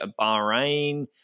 Bahrain